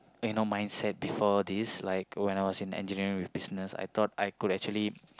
you know mindset before this like when I was in engineering with business I thought I could actually